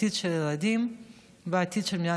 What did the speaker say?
העתיד של הילדים,